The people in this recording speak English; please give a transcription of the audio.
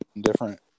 different